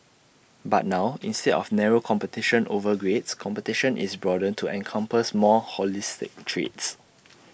but now instead of narrow competition over grades competition is broadened to encompass more holistic traits